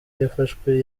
yafashwe